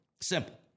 Simple